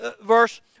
verse